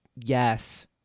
Yes